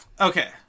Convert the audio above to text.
Okay